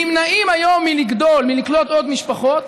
נמנעים היום מלגדול, מלקלוט עוד משפחות,